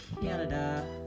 Canada